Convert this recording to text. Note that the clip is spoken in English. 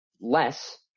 less